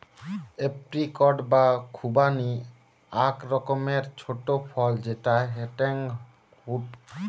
apricot বা খুবানি আক রকমের ছোট ফল যেটা হেংটেং হউক